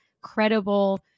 credible